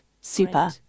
super